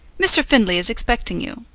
mr. findlay is expecting you.